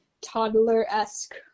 toddler-esque